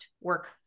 work